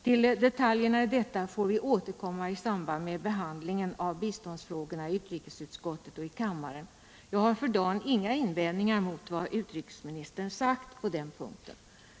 Till detaljerna i detta får vi återkomma i samband med behandlingen av biståndsfrågorna i utrikesutskottet och kammaren. Jag har för dagen inga invändningar mot vad utrikesministern sagt på den punkten.